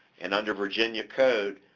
and under virginia code,